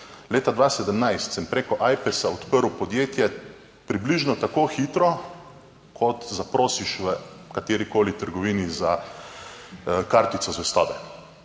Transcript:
Leta 2017 sem preko Ajpesa odprl podjetje približno tako hitro kot zaprosiš v katerikoli trgovini za kartico zvestobe,